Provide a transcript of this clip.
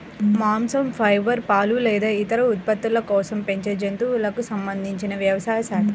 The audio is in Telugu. మాంసం, ఫైబర్, పాలు లేదా ఇతర ఉత్పత్తుల కోసం పెంచే జంతువులకు సంబంధించిన వ్యవసాయ శాఖ